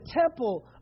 temple